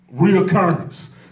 reoccurrence